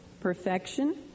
Perfection